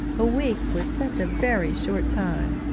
a week was such a very short time.